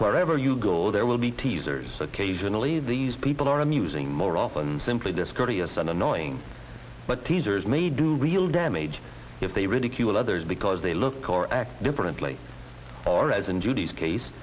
are ever you go there will be teasers occasionally these people are amusing more often simply discourteous and annoying but teasers may do real damage if they ridicule others because they look or act differently or as and judy's case